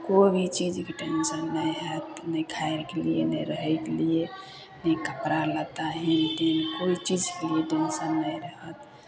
कोइ भी चीजके टेन्शन नहि हइ नहि खायके लिए नहि रहयके लिए नहि कपड़ा लत्ता हेंग टेंग कोइ चीजके लिए टेन्शन नहि रहत